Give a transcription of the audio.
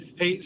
Hey